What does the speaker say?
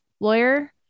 lawyer